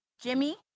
Jimmy